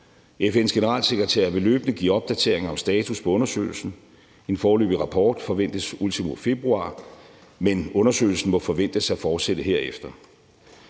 FN's generalsekretær vil løbende give opdateringer om status på undersøgelsen. En foreløbig rapport forventes ultimo februar, men undersøgelsen må forventes at fortsætte herefter.